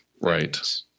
Right